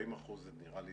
40% זה נראה לי